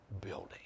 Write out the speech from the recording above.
building